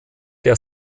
der